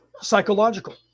psychological